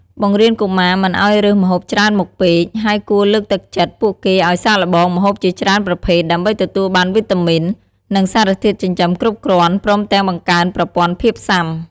បង្រៀនកុមារមិនឲ្យរើសម្ហូបច្រើនមុខពេក ហើយគួរលើកទឹកចិត្តពួកគេឲ្យសាកល្បងម្ហូបជាច្រើនប្រភេទ ដើម្បីទទួលបានវីតាមីន និងសារធាតុចិញ្ចឹមគ្រប់គ្រាន់ ព្រមទាំងបង្កើនប្រព័ន្ធភាពស៊ាំ។